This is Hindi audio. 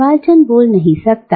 सबाल्टर्न बोल नहीं सकता